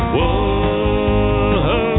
Whoa